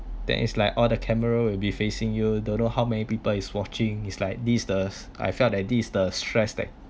then is like all the camera will be facing you don't know how many people is watching it's like this is the I felt that this is the stress like